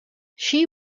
she